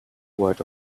word